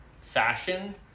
fashion